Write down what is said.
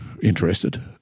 interested